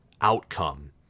outcome